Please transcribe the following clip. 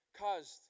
caused